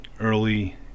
early